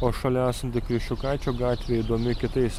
o šalia esanti kriščiukaičio gatvė įdomi kitais